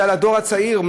וזה הדור הצעיר,